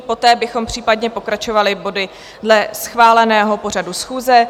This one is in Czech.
Poté bychom případně pokračovali body dle schváleného pořadu schůze.